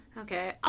Okay